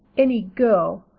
any girl.